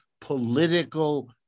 political